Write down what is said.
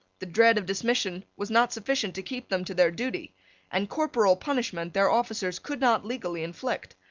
the dread of dismission was not sufficient to keep them to their duty and corporal punishment their officers could not legally inflict.